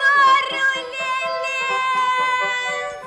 noriu lėlės